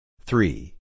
three